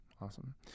awesome